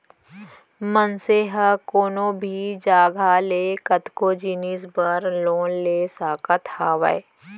मनसे ह कोनो भी जघा ले कतको जिनिस बर लोन ले सकत हावय